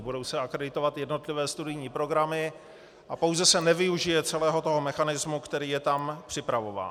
Budou se akreditovat jednotlivé studijní programy a pouze se nevyužije celého toho mechanismu, který je tam připravován.